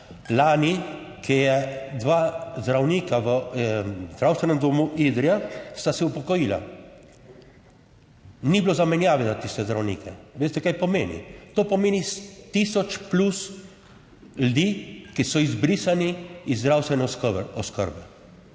lani, ko je dva zdravnika v Zdravstvenem domu Idrija sta se upokojila. Ni bilo zamenjave za tiste zdravnike. Veste kaj pomeni? To pomeni 1000+ ljudi, ki so izbrisani iz zdravstvene oskrbe,